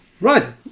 Right